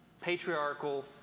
patriarchal